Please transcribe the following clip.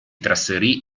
trasferì